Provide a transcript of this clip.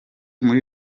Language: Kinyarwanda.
muri